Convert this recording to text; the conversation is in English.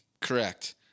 Correct